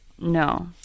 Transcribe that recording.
No